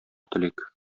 телик